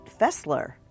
Fessler